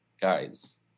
guys